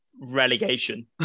Relegation